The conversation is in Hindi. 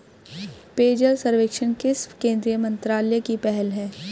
पेयजल सर्वेक्षण किस केंद्रीय मंत्रालय की पहल है?